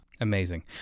Amazing